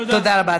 תודה.